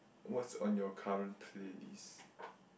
what's on your current playlist